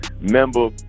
member